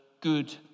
good